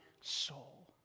soul